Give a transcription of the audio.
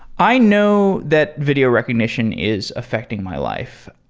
i know that video recognition is affecting my life.